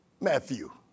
matthew